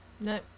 No